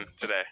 today